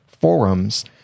forums